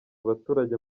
abaturage